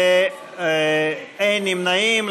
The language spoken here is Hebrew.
ואין נמנעים,